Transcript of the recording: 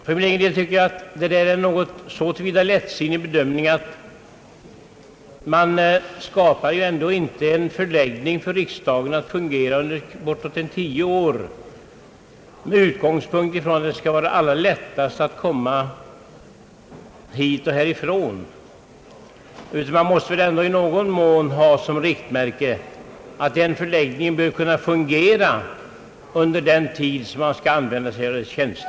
För min egen del tycker jag att detta är en så till vida lättsinnig bedömning som man i alla fall inte skapar en förläggning åt riksdagen för bortåt 10 år med utgångspunkt från att det skall vara så lätt som möjligt att komma dit och därifrån. Man måste väl åtminstone i någon mån ha som riktmärke att en förläggning bör kunna fungera under den tid lokalerna skall utnyttjas.